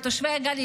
לתושבי הגליל.